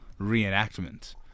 reenactment